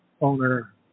owner